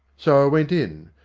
so i went in.